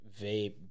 vape